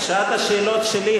את שעת השאלות שלי,